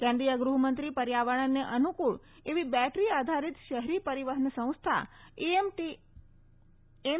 કેન્દ્રીય ગૃહમંત્રી પર્યાવરણને અનુકળ એવી બેટરી આધારીત શહેરી પરિવહન સંસ્થા એમ